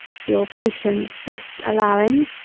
your patience this allowing,